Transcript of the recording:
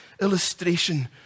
illustration